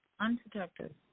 Unprotected